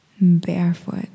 barefoot